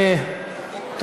שבשמאל שלכם.